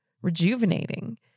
rejuvenating